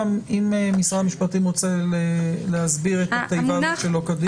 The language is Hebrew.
משרד המשפטים רוצה להסביר את התיבה "שלא כדין"?